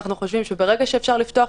אנחנו חושבים שברגע שאפשר לפתוח,